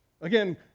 again